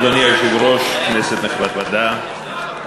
אדוני היושב-ראש, כנסת נכבדה,